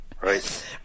Right